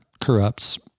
corrupts